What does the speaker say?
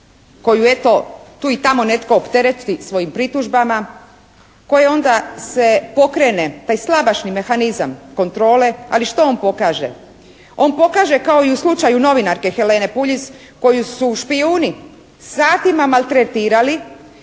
koju eto tu i tamo netko optereti svojim pritužbama koje onda se pokrene taj slabašni mehanizam kontrole, ali što on pokaže? On pokaže kao i u slučaju novinarke Helene Puljis koju su špijuni satima maltretirali,